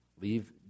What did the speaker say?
leave